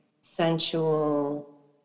sensual